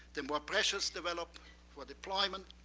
the more pressures develop for deployment.